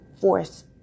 force